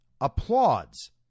applauds